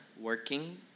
working